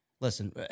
Listen